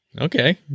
Okay